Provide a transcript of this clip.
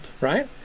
right